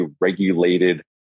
regulated